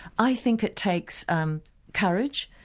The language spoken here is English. i think it takes um courage,